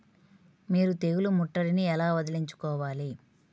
మీరు తెగులు ముట్టడిని ఎలా వదిలించుకోవాలి?